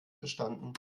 bestanden